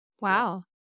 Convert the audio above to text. wow